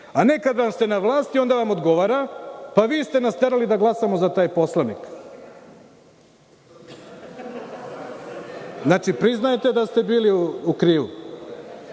a ne kada ste na vlasti onda vam odgovara. Vi ste nas terali da glasamo za taj Poslovnik, priznajete da ste bili u krivu. Da